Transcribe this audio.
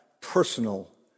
personal